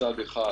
מצד אחד,